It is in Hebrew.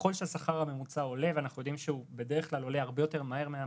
ככל שהשכר הממוצע עולה ואנחנו יודעים שהוא בדרך כלל עולה יותר מהמדד,